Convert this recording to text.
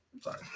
sorry